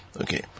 Okay